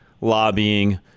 lobbying